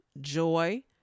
joy